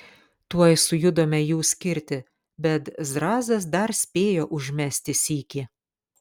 tuoj sujudome jų skirti bet zrazas dar spėjo užmesti sykį